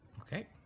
Okay